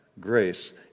grace